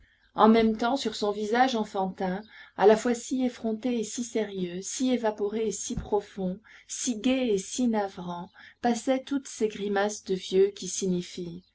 en même temps sur son visage enfantin à la fois si effronté et si sérieux si évaporé et si profond si gai et si navrant passaient toutes ces grimaces de vieux qui signifient